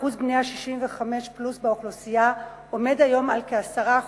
שיעור בני ה-65 פלוס באוכלוסייה עומד היום על כ-10%,